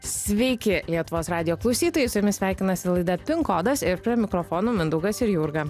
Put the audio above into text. sveiki lietuvos radijo klausytojai su jumis sveikinasi laida pin kodas ir prie mikrofonų mindaugas ir jurga